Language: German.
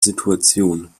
situation